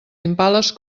impales